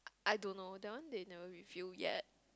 I don't know that one they never review yet